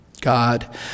God